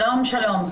שלום,